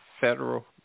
federal